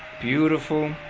beautiful.